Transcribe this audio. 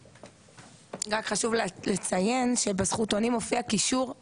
שבזכותונים מופיע קישור ספציפית לאיפה שהם צריכים להגיש את הבקשה.